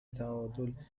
تعادل